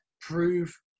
prove